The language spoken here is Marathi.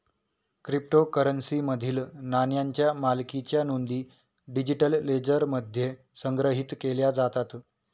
क्रिप्टोकरन्सीमधील नाण्यांच्या मालकीच्या नोंदी डिजिटल लेजरमध्ये संग्रहित केल्या जातात